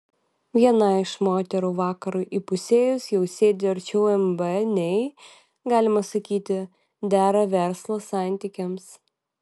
viena iš moterų vakarui įpusėjus jau sėdi arčiau mb nei galima sakyti dera verslo santykiams